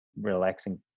relaxing